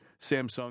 Samsung